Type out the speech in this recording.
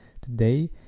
today